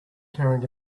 carrying